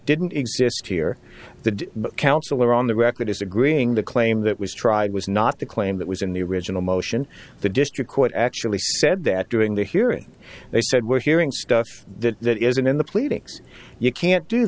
didn't exist here the counselor on the record is agreeing the claim that was tried was not the claim that was in the original motion the district court actually said that during the hearing they said we're hearing stuff that that isn't in the pleadings you can't do